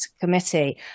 Committee